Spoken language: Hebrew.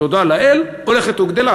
תודה לאל, הולכת וגדלה.